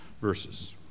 verses